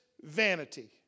vanity